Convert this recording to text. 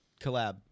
collab